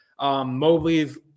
Mobley's